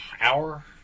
hour